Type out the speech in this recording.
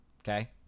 Okay